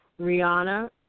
Rihanna